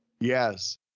Yes